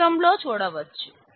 చిత్రంలో చూడవచ్చు